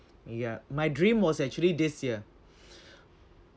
ya my dream was actually this year